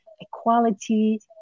equality